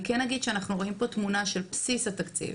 אנחנו רואים תמונה של בסיס התקציב.